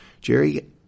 Jerry